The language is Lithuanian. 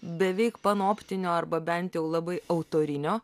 beveik panoptinio arba bent jau labai autorinio